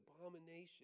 abomination